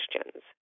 questions